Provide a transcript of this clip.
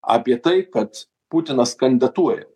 apie tai kad putinas kandidatuoja